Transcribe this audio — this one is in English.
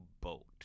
boat